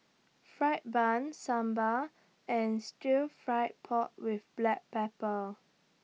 Fried Bun Sambal and Stir Fry Pork with Black Pepper